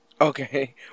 Okay